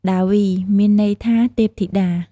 ដាវី មានន័យថាទេពធីតា។